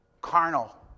Carnal